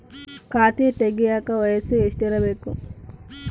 ಖಾತೆ ತೆಗೆಯಕ ವಯಸ್ಸು ಎಷ್ಟಿರಬೇಕು?